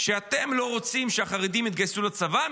אתם לא רוצים שהחרדים יתגייסו לצה"ל,